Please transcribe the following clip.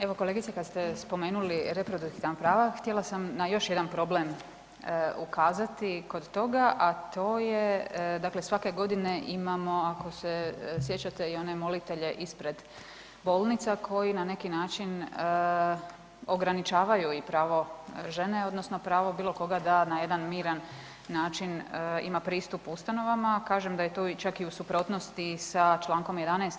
Evo, kolegice, kad ste spomenuli reproduktivna prava, htjela sam na još jedan problem ukazati, a to je dakle svake godine imamo, ako se sjećate i one molitelje ispred bolnica, koji na neki način ograničavaju i pravo žene, odnosno pravo bilo koga da na jedan miran način ima pristup ustanovama, kažem da je to čak i u suprotnosti sa čl. 11.